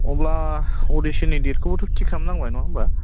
अब्ला अडिसननि डेटखौबो थिग खालाम नांगोन नङा होमब्ला